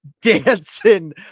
dancing